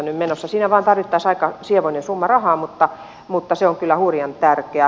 siinä vain tarvittaisiin aika sievoinen summa rahaa mutta se on kyllä hurjan tärkeä